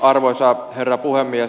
arvoisa herra puhemies